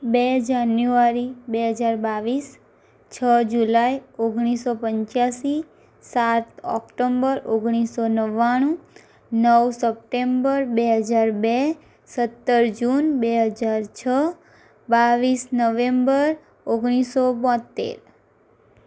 બે જાન્યુઆરી બે હજાર બાવીસ છ જુલાઇ ઓગણીસો પંચ્યાસી સાત ઓક્ટોમ્બર ઓગણીસો નવ્વાણું નવ સપ્ટેમ્બર બે હજાર બે સત્તર જૂન બે હજાર છ બાવીસ નવેમ્બર ઓગણીસો બોંતેર